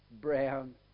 brown